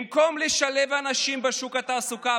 במקום לשלב אנשים בשוק התעסוקה,